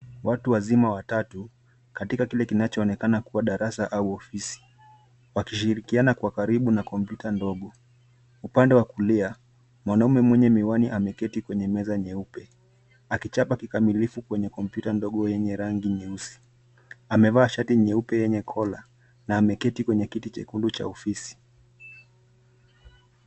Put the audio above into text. Watu wazima watatu, katika kile kinachoonekana kuwa darasa au ofisi wakishirikiana kwa ukaribu na komputa ndogo. Upande wa kulia, mwanaume mwenye miwani ameketi kwenye meza nyeupe akichapa kikamilifu kwenye komputa ndogo yenye rangi nyeusi. Amevaa shati nyeupe yenye kola na ameketi kwenye kiti chekundu cha ofisi.